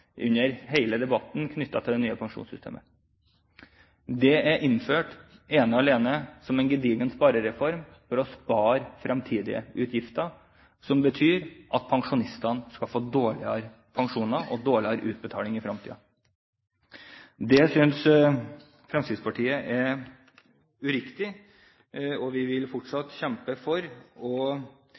under hele debatten knyttet til det nye pensjonssystemet: Det er innført ene og alene som en gedigen sparereform, for å spare fremtidige utgifter, som betyr at pensjonistene får dårligere pensjoner og dårligere utbetalinger i fremtiden. Det synes Fremskrittspartiet er uriktig, og vi vil fortsatt kjempe for å